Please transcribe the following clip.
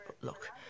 look